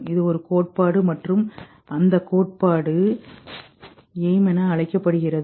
இதுஒரு கோட்பாடு மற்றும் அந்தக் கோட்பாடு AIM என அழைக்கப்படுகிறது